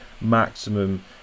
maximum